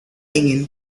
ingin